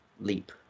leap